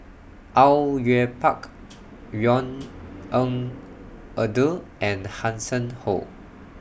Au Yue Pak Yvonne Ng Uhde and Hanson Ho